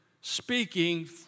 speaking